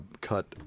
cut